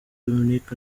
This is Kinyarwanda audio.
dominic